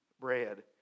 bread